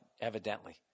evidently